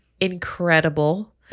incredible